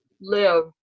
live